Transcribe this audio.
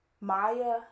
Maya